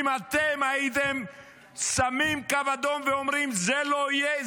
אם אתם הייתם שמים קו אדום ואומרים: זה לא יהיה,